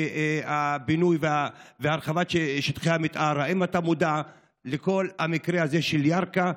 הבינוי והרחבת שטחי המתאר האם אתה מודע לכל המקרה הזה של ירכא?